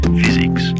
physics